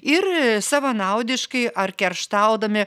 ir savanaudiškai ar kerštaudami